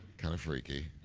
kind of freaky.